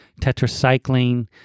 Tetracycline